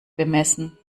bemessen